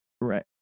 right